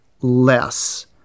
less